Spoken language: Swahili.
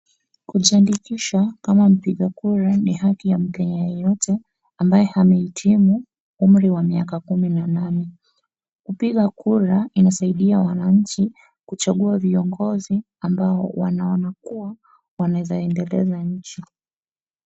Kujiandikisha kama mpiga kura ni haki ya mkenya yeyote ambaye ametimu umri wa miaka kumi na nane. Kupiga kura inasaidia wananchi kuchagua viongozi ambao wanaona kuwa wanaweza endeleza nchi.